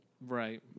Right